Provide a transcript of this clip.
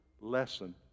lesson